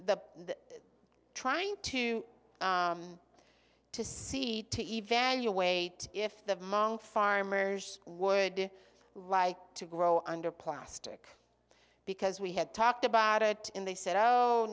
the trying to to see to evaluate if the monk farmers would like to grow under plastic because we had talked about it and they said oh